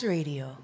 Radio